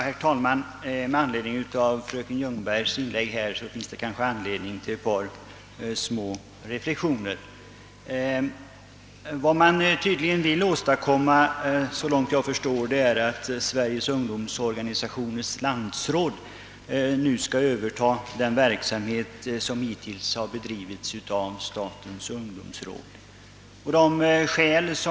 Herr talman! Det finns kanske anledning att göra ett par reflexioner med anledning av fröken Ljungbergs inlägg. Såvitt jag förstår vill man här åstadkomma att Sveriges ungdomsorganisationers landsråd övertar den verksamhet som hittills bedrivits av statens ungdomsråd.